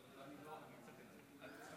כבוד היושב-ראש, כבוד השר,